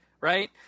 right